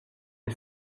des